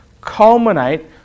culminate